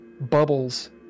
bubbles